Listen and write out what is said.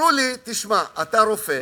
אמרו לי: תשמע, אתה רופא,